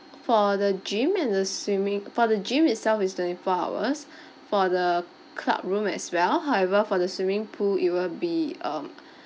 for the gym and the swimming for the gym itself is twenty four hours for the club room as well however for the swimming pool it will be um